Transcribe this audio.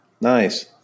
Nice